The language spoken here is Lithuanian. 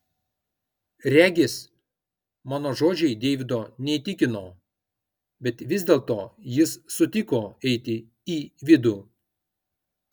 regis mano žodžiai deivido neįtikino bet vis dėlto jis sutiko eiti į vidų